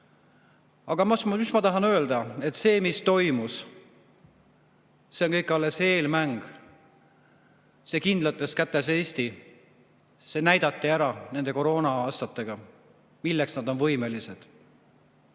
Aga mis ma tahan öelda? See, mis toimus, on kõik alles eelmäng. See kindlates kätes Eesti, see näidati ära nende koroona-aastatega, milleks nad on võimelised.